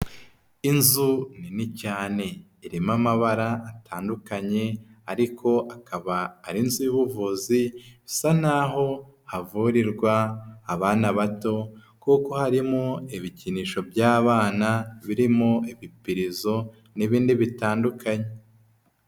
Inzu nini cyane irimo amabara atandukanye, ariko akaba ari inzu y'ubuvuzi bisa n'aho havurirwa abana bato kuko harimo ibikinisho by'abana birimo ibipirizo n'ibindi bitandukanye.